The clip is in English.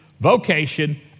vocation